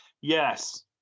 yes